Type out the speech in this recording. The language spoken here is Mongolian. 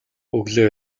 өглөө